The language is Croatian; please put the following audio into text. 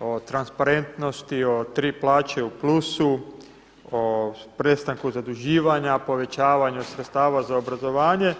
o transparentnosti, o tri plaće u plusu, o prestanku zaduživanja, povećavanju sredstava za obrazovanje.